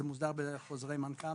מוסדר בחוזרי מנכ"ל,